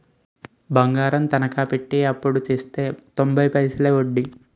బంగారం తనకా పెట్టి అప్పుడు తెస్తే తొంబై పైసలే ఒడ్డీ